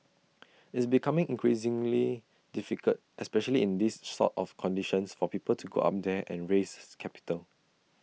it's becoming increasingly difficult especially in these sort of conditions for people to go up there and raise capital